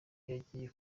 yagiye